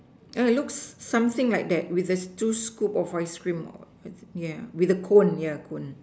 uh it looks something like that with its two scoop of ice cream yeah with a cone yeah cone